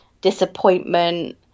disappointment